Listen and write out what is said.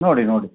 ನೋಡಿ ನೋಡಿ